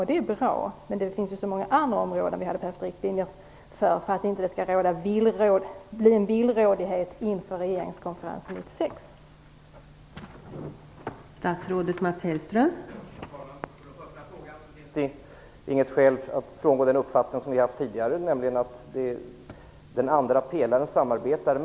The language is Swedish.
Det är bra, men det finns många andra områden som vi skulle behöva riktlinjer för, så att det inte uppstår en villrådighet inför regeringskonferensen 1996.